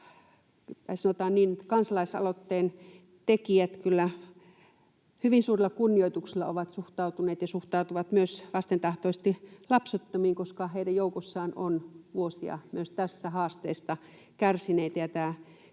ovat suhtautuneet ja suhtautuvat myös vastentahtoisesti lapsettomiin, koska heidän joukossaan on vuosia myös tästä haasteesta kärsineitä.